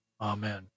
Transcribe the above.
Amen